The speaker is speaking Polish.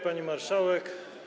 Pani Marszałek!